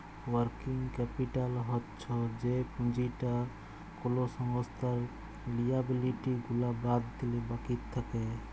working capital হচ্ছ যে পুঁজিটা কোলো সংস্থার লিয়াবিলিটি গুলা বাদ দিলে বাকি থাক্যে